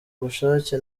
bushake